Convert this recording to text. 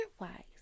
otherwise